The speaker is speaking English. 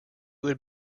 would